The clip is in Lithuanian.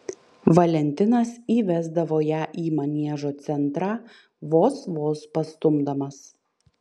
valentinas įvesdavo ją į maniežo centrą vos vos pastumdamas